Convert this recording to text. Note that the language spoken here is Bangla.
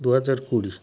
দু হাজার কুড়ি